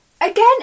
Again